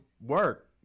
work